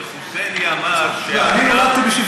אל-חוסייני אמר, לא.